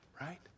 right